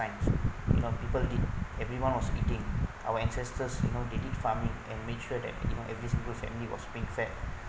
you know people eat everyone was eating our ancestors you know they did farming and make sure that you know every single family was being fed